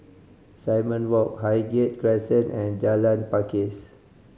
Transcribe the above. Simon Walk Highgate Crescent and Jalan Pakis